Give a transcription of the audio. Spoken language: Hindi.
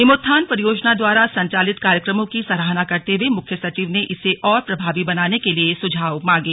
हिमोत्थान परियोजना द्वारा संचालित कार्यक्रमों की सराहना करते हुए मुख्य सचिव ने इसे और प्रभावी बनाने के लिए सुझाव मांगे